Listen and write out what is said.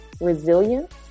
resilience